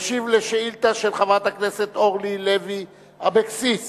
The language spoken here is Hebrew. וישיב על שאילתא של חברת הכנסת אורלי לוי אבקסיס